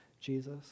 Jesus